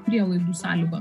prielaidų sąlygų